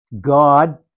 God